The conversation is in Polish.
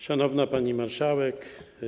Szanowna Pani Marszałek!